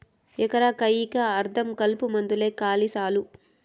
ఎకరా కయ్యికా అర్థం కలుపుమందేలే కాలి సాలు